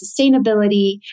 sustainability